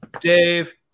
Dave